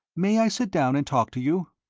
may i sit down and talk to you?